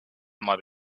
might